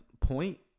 point